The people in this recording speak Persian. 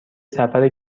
سفر